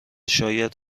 شاید